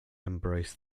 embraced